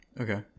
Okay